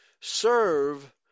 Serve